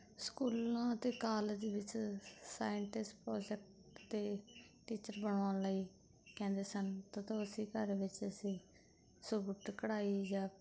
ਸਕੂਲਾਂ ਅਤੇ ਕਾਲਜਾਂ ਵਿੱਚ ਸਾਇੰਟਿਸਟ ਪ੍ਰੋਜੈਕਟ ਅਤੇ ਟੀਚਰ ਬਣਾਉਣ ਲਈ ਕਹਿੰਦੇ ਸਨ ਤਦ ਅਸੀਂ ਘਰ ਵਿੱਚ ਅਸੀਂ ਸੁਬਤ ਕਢਾਈ ਜਾਂ